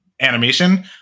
animation